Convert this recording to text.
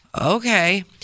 Okay